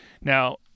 Now